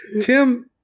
Tim